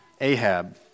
Ahab